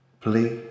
Please